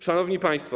Szanowni Państwo!